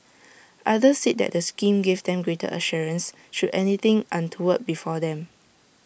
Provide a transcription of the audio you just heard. others said the scheme gave them greater assurance should anything untoward befall them